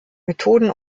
methoden